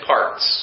Parts